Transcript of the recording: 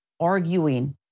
arguing